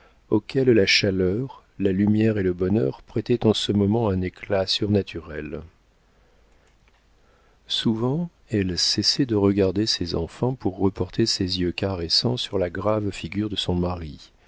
auquel la chaleur la lumière et le bonheur prêtaient en ce moment un éclat surnaturel souvent elle cessait de regarder ses enfants pour reporter ses yeux caressants sur la grave figure de son mari